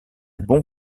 bon